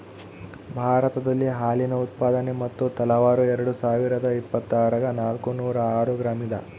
ಭಾರತದಲ್ಲಿ ಹಾಲಿನ ಉತ್ಪಾದನೆ ಮತ್ತು ತಲಾವಾರು ಎರೆಡುಸಾವಿರಾದ ಇಪ್ಪತ್ತರಾಗ ನಾಲ್ಕುನೂರ ಆರು ಗ್ರಾಂ ಇದ